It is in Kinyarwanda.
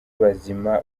bazima